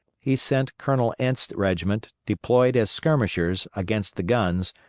he sent colonel ent's regiment, deployed as skirmishers, against the guns,